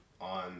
on